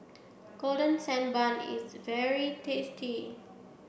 Golden Sand Bun is very tasty